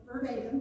verbatim